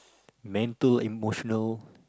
meant to emotional